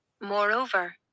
Moreover